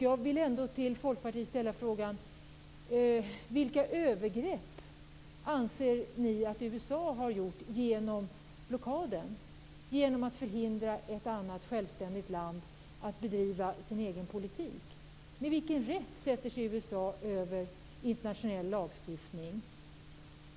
Jag vill till folkpartirepresentanten ställa frågan vilka övergrepp Folkpartiet anser att USA har gjort genom blockaden och genom att förhindra ett annat självständigt lands möjligheter att bedriva sin egen politik. Med vilken rätt sätter sig USA över internationell lagstiftning?